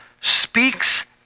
speaks